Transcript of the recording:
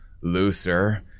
looser